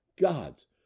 Gods